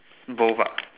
both ah